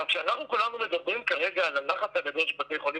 כשאנחנו כולנו מדברים כרגע על הלחץ הגדול של בתי החולים,